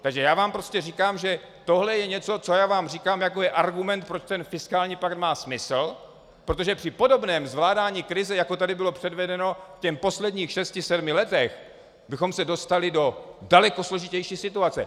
Takže já vám prostě říkám, že tohle je něco, co já vám říkám jako argument, proč fiskální pakt má smysl, protože při podobném zvládání krize, jako tady bylo předvedeno v těch posledních šesti sedmi letech, bychom se dostali do daleko složitější situace.